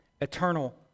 Eternal